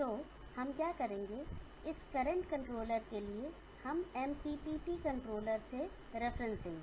तो हम क्या करेंगे इस करंट कंट्रोलर के लिए हम एमपीपीटी कंट्रोलर से रेफरेंस देंगे